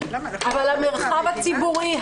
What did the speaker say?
אבל המרחב הציבורי,